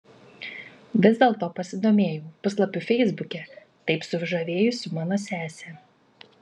vis dėlto pasidomėjau puslapiu feisbuke taip sužavėjusiu mano sesę